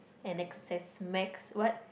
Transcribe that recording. and x_s-max what